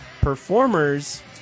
performers